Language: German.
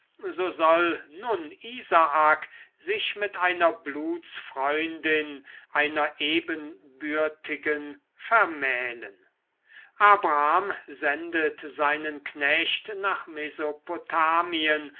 soll nun isaak sich mit einer blutsfreundin einer ebenbürtigen vermählen abraham sendet seinen knecht nach mesopotamien